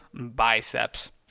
biceps